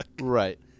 Right